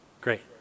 Great